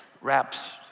rap's